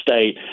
state